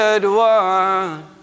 one